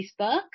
Facebook